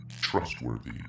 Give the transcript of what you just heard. trustworthy